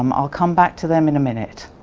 um i'll come back to them in a minute.